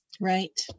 Right